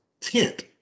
tent